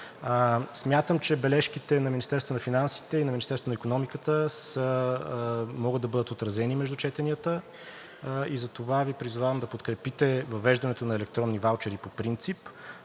Смятам, че бележките на Министерството на финансите и на Министерството на икономиката могат да бъдат отразени между четенията и затова Ви призовавам да подкрепите въвеждането на електронни ваучери по принцип,